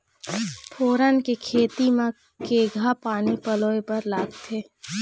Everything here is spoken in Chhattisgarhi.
फोरन के खेती म केघा पानी पलोए बर लागथे?